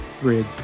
Bridge